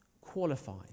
qualified